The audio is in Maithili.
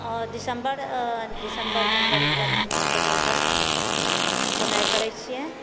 दिसम्बर दिसम्बर जनवरी तक हमरा सभ एकर बुनाइ करै छियै